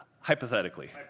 hypothetically